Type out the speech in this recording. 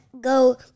go